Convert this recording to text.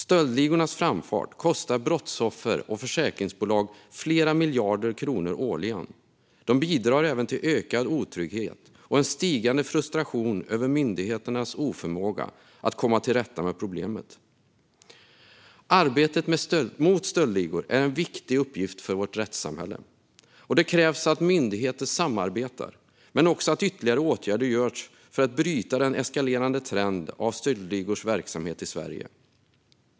Stöldligornas framfart kostar brottsoffer och försäkringsbolag flera miljarder kronor årligen. De bidrar även till ökad otrygghet och en stigande frustration över myndigheternas oförmåga att komma till rätta med problemet. Arbetet mot stöldligor är en viktig uppgift för vårt rättssamhälle, och det krävs att myndigheter samarbetar och att ytterligare åtgärder vidtas för att bryta den eskalerande trenden av stöldligors verksamhet i Sverige.